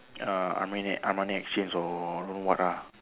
err Armani exchange or don't know what lah